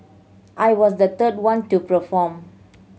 I was the third one to perform